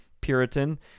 Puritan